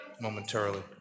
momentarily